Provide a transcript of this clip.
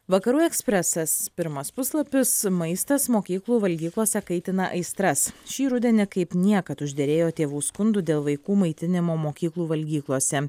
vakarų ekspresas pirmas puslapis maistas mokyklų valgyklose kaitina aistras šį rudenį kaip niekad užderėjo tėvų skundų dėl vaikų maitinimo mokyklų valgyklose